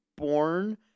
Born